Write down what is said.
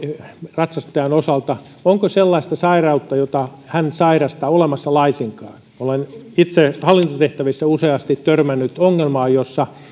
ratsastajan osalta onko sellaista sairautta jota hän sairastaa olemassa laisinkaan minä olen itse hallintotehtävissä useasti törmännyt ongelmaan jossa